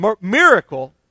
miracle